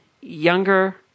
younger